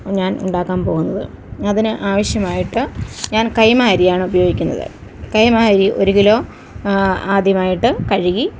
ഞാൻ ഉണ്ടാക്കാൻ പോകുന്നത് അതിന് ആവശ്യമായിട്ട് ഞാൻ കൈമ അരിയാണ് ഉപയോഗിക്കുന്നത് കൈമ അരി ഒരു കിലോ ആദ്യമായിട്ട് കഴുകി